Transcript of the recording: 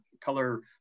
color